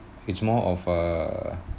it's more of a